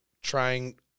trying